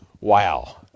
Wow